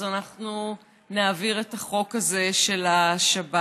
אז אנחנו נעביר את החוק הזה של השבת.